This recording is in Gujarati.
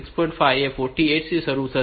5 એ 48 થી શરૂ થશે